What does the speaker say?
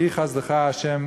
יהי חסדך ה'